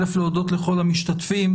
להודות לכל המשתתפים.